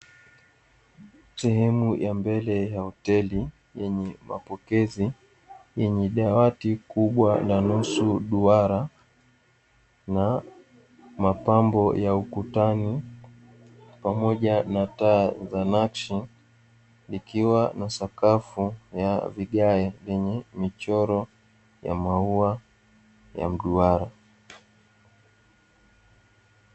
Sehemu ya mbele ya hoteli yenye mapokezi yenye dawati kubwa la nusu duara, na mapambo ya ukutani pamoja na taa za nakshi, ikiwa na sakafu ya vigae vyenye michoro ya maua ya mduara.